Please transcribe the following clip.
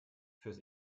fürs